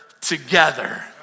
together